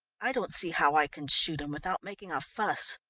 i don't see how i can shoot him without making a fuss.